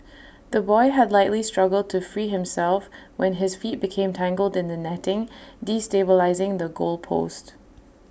the boy had likely struggled to free himself when his feet became tangled in the netting destabilising the goal post